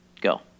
Go